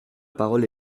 parole